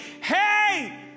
hey